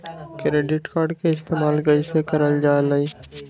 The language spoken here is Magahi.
क्रेडिट कार्ड के इस्तेमाल कईसे करल जा लई?